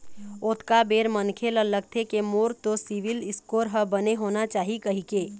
ओतका बेर मनखे ल लगथे के मोर तो सिविल स्कोर ह बने होना चाही कहिके